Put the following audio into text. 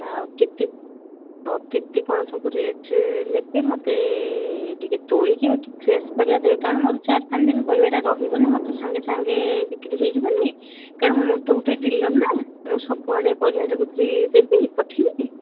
ଆଉ କେତେ ଆଉ କେତେ କ'ଣ ସବୁ ରେଟ୍ ନେବେ ମୋତେ ଟିକିଏ ତୋଳିକି ବାକି ଫ୍ରେସ୍ ପରିବା ଦେବେ କାରଣ ମୋର ଚାରି ପାଞ୍ଚ ଦିନ ପରିବାଟା ରହିବନା ମୋତେ ସାଙ୍ଗେ ସାଙ୍ଗେ ବିକ୍ରି ହେଇଯିବନି କାରଣ ମୁଁ ତ ଗୋଟିଏ ଡିଲର୍ ନା ମୁଁ ସବୁଆଡ଼େ ପରିବାଟାକୁ ଦେବି ପଠେଇବି